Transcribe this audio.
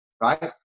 right